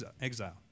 exile